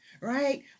right